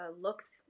Looks